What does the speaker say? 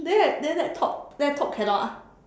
then then laptop laptop cannot ah